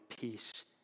peace